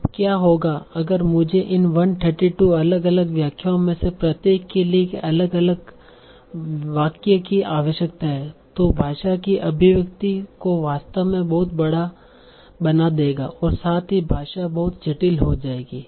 अब क्या होगा अगर मुझे इन 132 अलग अलग व्याख्याओं में से प्रत्येक के लिए एक अलग वाक्य की आवश्यकता है जो भाषा की अभिव्यक्ति को वास्तव में बहुत बड़ा बना देगा और साथ ही भाषा बहुत जटिल हो जाएगी